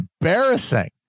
embarrassing